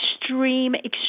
extreme